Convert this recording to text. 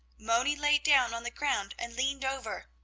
moni lay down on the ground and leaned over.